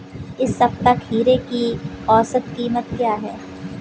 इस सप्ताह खीरे की औसत कीमत क्या है?